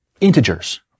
integers